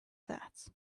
that